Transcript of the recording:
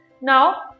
now